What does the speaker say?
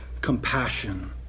compassion